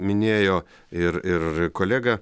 minėjo ir ir kolega